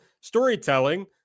storytelling